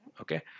Okay